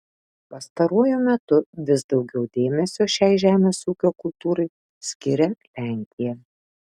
pastaruoju metu vis daugiau dėmesio šiai žemės ūkio kultūrai skiria lenkija